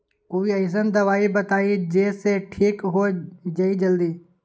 कोई अईसन दवाई बताई जे से ठीक हो जई जल्दी?